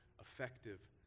effective